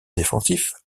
défensif